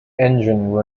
engine